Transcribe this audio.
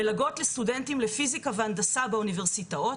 מלגות לסטודנטים לפיזיקה והנדסה באוניברסיטאות,